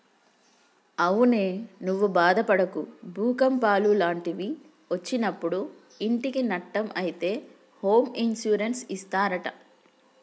అవునే నువ్వు బాదపడకు భూకంపాలు లాంటివి ఒచ్చినప్పుడు ఇంటికి నట్టం అయితే హోమ్ ఇన్సూరెన్స్ ఇస్తారట